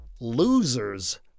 Losers